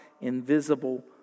invisible